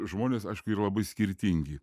žmonės aišku yra labai skirtingi